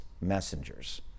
messengers